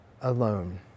alone